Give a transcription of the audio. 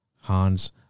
Hans